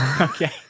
okay